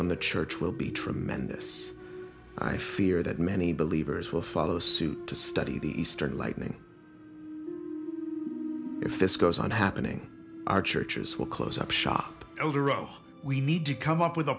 on the church will be tremendous i fear that many believers will follow suit to study the eastern lightning if this goes on happening our churches will close up shop elder oh we need to come up with a